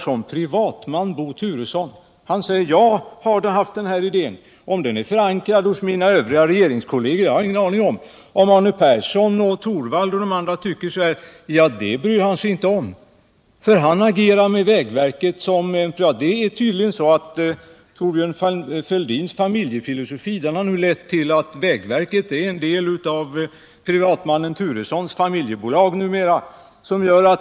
Som privatman säger Bo Turesson: Jag har haft den här idén länge; om den är förankrad hos mina regeringskolleger har jag ingen aning om. Om Arne Persson, Rune Torwald och andra tycker så här bryr sig Bo Turesson inte om. Det är tydligen så att Thorbjörn Fälldins familjefilosofi har lett till att vägverket numera är en viss del av privatmannen Bo Turessons familjebolag.